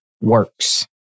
works